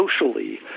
socially